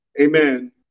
amen